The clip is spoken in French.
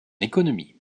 économie